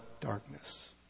darkness